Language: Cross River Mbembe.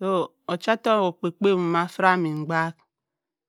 so ocha ottohk okpa-kpa wa fira immi emkpa.